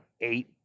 eight